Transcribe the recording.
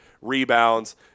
rebounds